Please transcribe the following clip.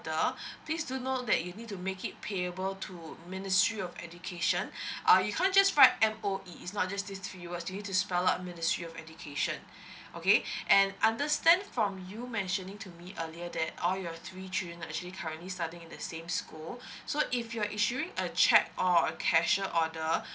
please do note that you need to make it payable to ministry of education err you can't just write M_O_E is not just this three words you need to spell it out the ministry of education okay and understand from you mentioning to me earlier that all your three children are actually currently studying in the same school so if you are issuing a cheque or a cashier order